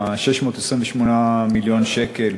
628 מיליון שקל